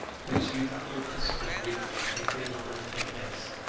whose youthfulness was written in every line of her face,